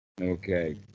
Okay